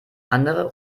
andere